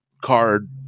card